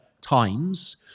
times